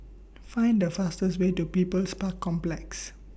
Find The fastest Way to People's Park Complex